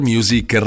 Music